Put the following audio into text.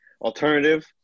alternative